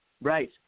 Right